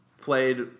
played